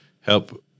help –